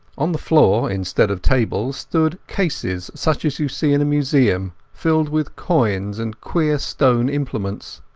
on the floor, instead of tables, stood cases such as you see in a museum, filled with coins and queer stone implements.